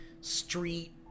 street